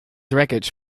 wreckage